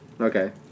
Okay